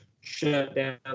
shutdown